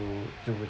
to to